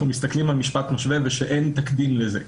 מסתכלים על משפט משווה ושאין תקדים לזה.